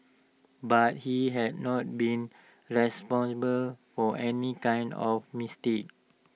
but he has not been responsible for any kind of mistake